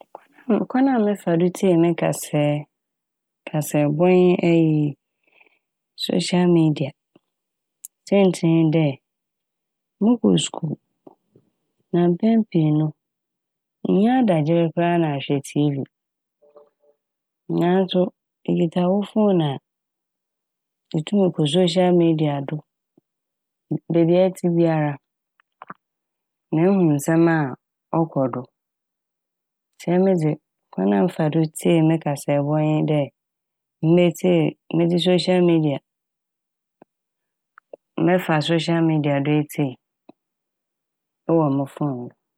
Kwan a kwan a mefa do tsie me kasae kasaebɔ nye eyi "social media" saintsir nye dɛ mokɔ skuul na mpɛn pii no innya adagyer koraa na ahwɛ "T.V" naaso ikitsa wo fone a itum kɔ "social media" do bb- beebi a ɛtse biara na ehu nsɛm a ɔkɔ do ntsi emi dze kwan a mefa do tsie me kasaebɔ nye dɛ metsie medze "social media" mɛfa "social media" do etsie ewɔ mo fone do.